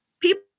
people